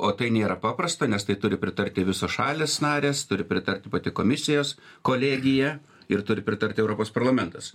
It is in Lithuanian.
o tai nėra paprasta nes tai turi pritarti visos šalys narės turi pritarti pati komisijos kolegija ir turi pritarti europos parlamentas